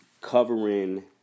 covering